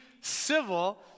civil